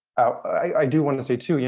i do want to say too, you